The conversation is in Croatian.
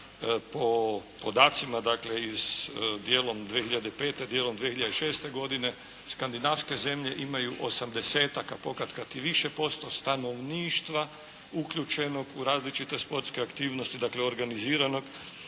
Po podacima dakle iz, dijelom 2005., dijelom 2006. godine, Skandinavske zemlje imaju 80-tak, a pokatkad i više posto stanovništva uključenog u različite sportske aktivnosti dakle organiziranog,